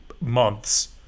months